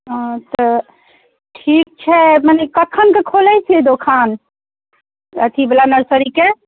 हँ तऽ ठीक छै मने कखनके खोलैत छियै दोकान अथीवला नर्सरीके